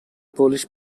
polish